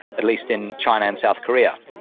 at least in china and south korea.